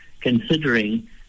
considering